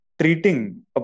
treating